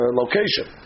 location